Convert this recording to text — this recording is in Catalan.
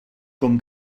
com